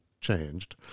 changed